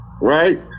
right